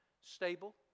stable